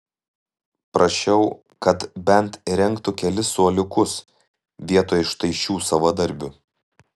prašiau kad bent įrengtų kelis suoliukus vietoj štai šių savadarbių